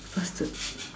faster